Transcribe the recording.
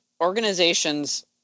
organizations